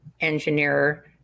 engineer